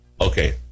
Okay